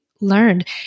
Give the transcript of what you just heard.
learned